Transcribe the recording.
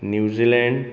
New Zealand